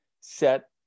set